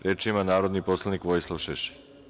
Reč ima narodni poslanik Vojislav Šešelj.